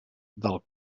del